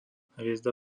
hviezda